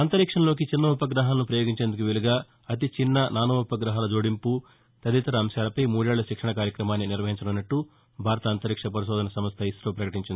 అంతరిక్షంలోకి చిన్న ఉపగ్రహాలను ప్రయోగించేందుకు వీలుగా అతి చిన్న నానో ఉపగ్రహాల జోడింపు తదితర అంశాలపై మూడేళ్ల శిక్షణ కార్యక్రమాన్ని నిర్వహించనున్నట్లు భారత అంతరిక్ష పరిశోధన సంస్ట ఇస్టో ప్రకటించింది